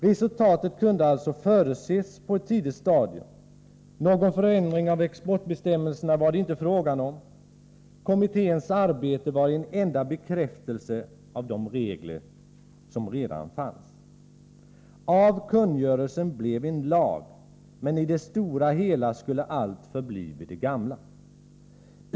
Resultatet kunde alltså förutses på ett tidigt stadium — någon förändring av exportbestämmelserna var det inte fråga om. Kommitténs arbete var en enda bekräftelse av de regler som redan fanns. Av kungörelsen blev en lag, men i det stora hela skulle allt förbli vid det gamla.